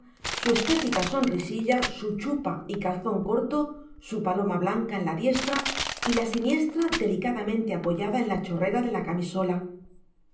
su estática sonrisilla su chupa y calzón corto su paloma blanca en la diestra y la siniestra delicadamente apoyada en la chorrera de la camisola